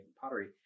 pottery